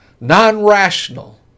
non-rational